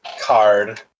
card